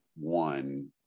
one